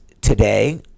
today